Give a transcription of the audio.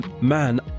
Man